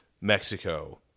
Mexico